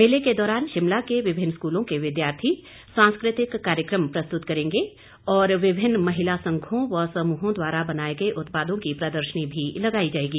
मेले के दौरान शिमला के विभिन्न स्कूलों के विद्यार्थी सांस्कृतिक कार्यक्रम प्रस्तुत करेंगे और विभिन्न महिला संघों व समूहों द्वारा बनाए गए उत्पादों की प्रदर्शनी भी लगाई जाएगी